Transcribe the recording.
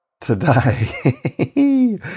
today